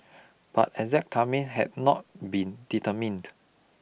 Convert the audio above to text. but exact timing had not been determined